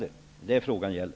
Det är vad frågan gäller.